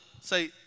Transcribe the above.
say